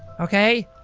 ok.